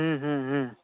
ह्म्म ह्म्म ह्म्म